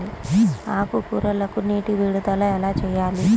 ఆకుకూరలకు నీటి విడుదల ఎలా చేయాలి?